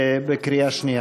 בקריאה שנייה.